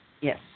Yes